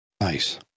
Nice